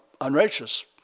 unrighteous